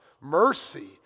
mercy